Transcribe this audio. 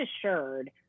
assured